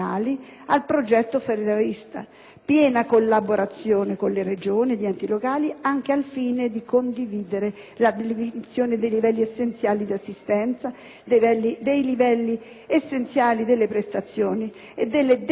piena collaborazione con le Regioni e con gli enti locali, anche al fine di condividere la definizione dei livelli essenziali di assistenza, dei livelli essenziali delle prestazioni e la determinazione dei bisogni